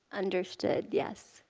understood, yes.